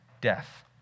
death